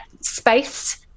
space